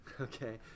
okay